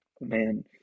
man